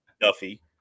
Duffy